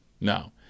No